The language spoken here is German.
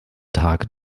tag